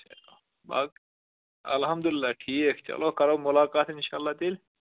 چلو باقٕے اَلحَمداللہ ٹھیٖک چلو کَرو مُلاقات اِنشاء اللہ تیٚلہِ